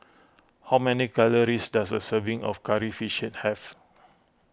how many calories does a serving of Curry Fish have